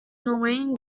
norwegian